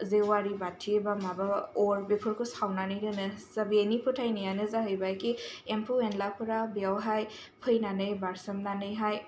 जे'वारि बाथि बा माबा अर बेफोरखौ सावनानै दोनो जा बेनि फोथायनाया जाहैबाय खि एम्फौ एनलाफोरा बेयावहाय फैनानै बारसोमनानैहाय